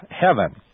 heaven